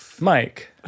Mike